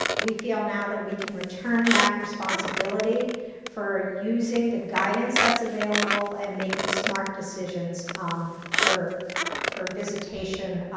we feel now that we can return that responsibility for using the guidance that's available and making smart decisions um for for visitation